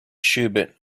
schubert